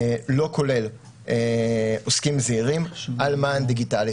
לא כולל עוסקים זעירים, על מען דיגיטלי.